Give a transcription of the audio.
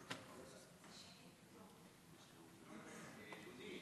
ו-17 מתנגדים.